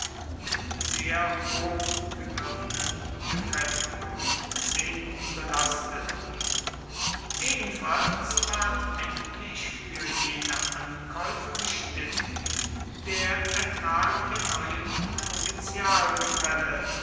mit sehr hoch gegriffenen gefällen und zehnten belastet ebenfalls ward endlich für jene ankäufe bestimmt der ertrag der neuen